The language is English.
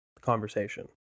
conversation